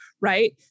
right